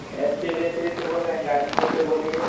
S K bakery से बोल रहे हैं ग़ाज़ीपुर से बोलिए